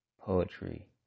Poetry